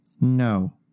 No